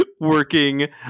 working